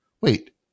Wait